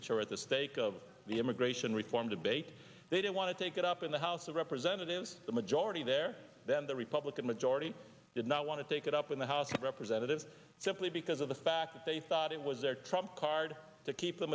which are at the stake of the immigration reform debate they don't want to take it up in the house of representatives the majority there then the republican majority did not want to take it up in the house of representatives simply because of the fact that they thought it was their trump card to keep the